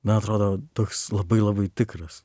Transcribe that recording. na atrodo toks labai labai tikras